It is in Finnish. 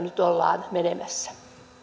nyt ollaan menemässä